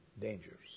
dangers